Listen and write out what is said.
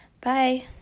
bye